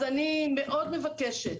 אז אני מאוד מבקשת,